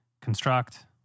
construct